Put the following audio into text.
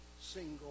single